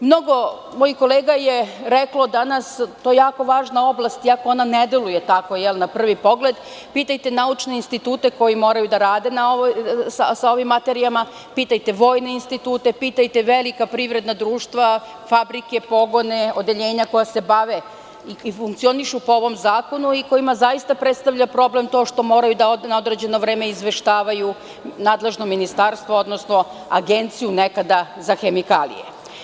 Mnogo mojih kolega je reklo danas da je to jako važna oblast, iako ona ne deluje tako na prvi pogled, pitajte naučne institute koji moraju da rade sa ovim materijama, pitajte vojne institute, pitajte velika privredna društva, fabrike, pogone, odeljenja koja se bave i funkcionišu po ovom zakonu i kojima zaista predstavlja problem to što moraju da na određeno vreme izveštavaju nadležno ministarstvo odnosno nekada agenciju za hemikalije.